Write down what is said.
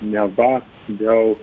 neva dėl